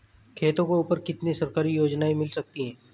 खेतों के ऊपर कितनी सरकारी योजनाएं मिल सकती हैं?